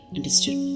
Understood